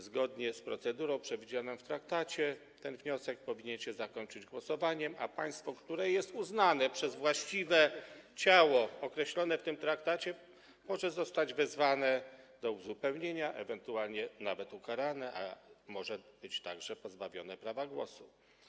Zgodnie z procedurą przewidzianą w traktacie rozpatrywanie tego wniosku powinno się zakończyć głosowaniem, a państwo, które jest uznane przez właściwe ciało, określone w tym traktacie, może zostać wezwane do uzupełnienia, ewentualnie nawet ukarane, a może być także pozbawione prawa głosu.